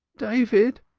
david!